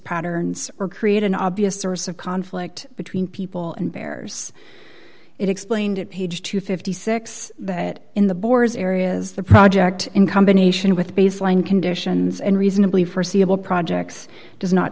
patterns or create an obvious source of conflict between people and bears it explained it page two hundred and fifty six that in the boars areas the project in combination with baseline conditions and reasonably forseeable projects does not